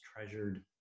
treasured